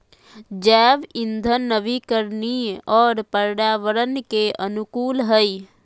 जैव इंधन नवीकरणीय और पर्यावरण के अनुकूल हइ